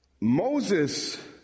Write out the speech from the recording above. Moses